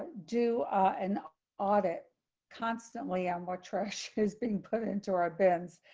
do an audit constantly on more trash has been put into our beds.